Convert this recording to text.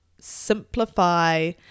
simplify